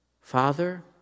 Father